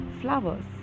flowers